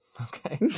okay